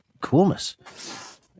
coolness